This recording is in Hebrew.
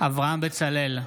אברהם בצלאל,